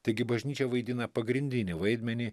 taigi bažnyčia vaidina pagrindinį vaidmenį